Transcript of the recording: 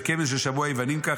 וכיוון ששמעו היוונים כך,